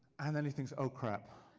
and then he thinks oh crap,